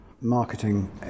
marketing